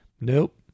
Nope